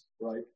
right